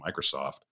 Microsoft